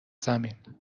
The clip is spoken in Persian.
زمین